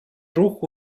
рух